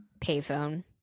payphone